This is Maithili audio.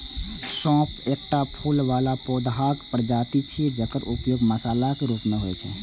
सौंफ एकटा फूल बला पौधाक प्रजाति छियै, जकर उपयोग मसालाक रूप मे होइ छै